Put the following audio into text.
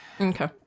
okay